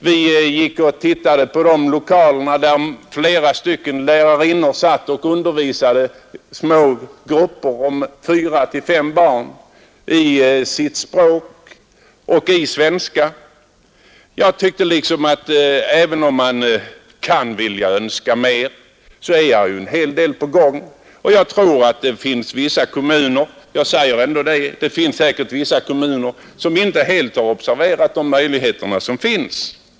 Vi gick runt och tittade på lokalerna, där flera lärarinnor undervisade smågrupper om fyra fem barn i deras respektive språk och i svenska. Även om man kunde önska mera, är ju ändå en hel del på gång. Men jag tror att det finns vissa kommuner som inte helt har observerat de möjligheter som finns.